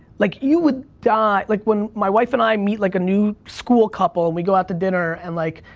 like, you would die, like when my wife and i meet, like a new school couple, and we go out to dinner, and like,